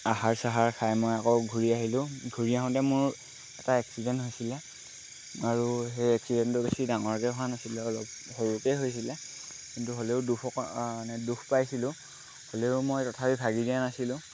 আহাৰ চাহাৰ খাই মই আকৌ ঘূৰি আহিলোঁ ঘূৰি আহোঁতে মোৰ এটা এক্সিডেণ্ট হৈছিলে আৰু সেই এক্সিডেণ্টটো বেছি ডাঙৰকৈ হোৱা নাছিলে অলপ সৰুকৈয়ে হৈছিলে কিন্তু হ'লেও দুখ অকণ মানে দুখ পাইছিলোঁ হ'লেও মই তথাপি ভাগি দিয়া নাছিলোঁ